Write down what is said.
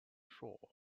shore